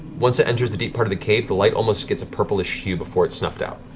once it enters the deep part of the cave, the light almost gets a purplish hue before it's snuffed out.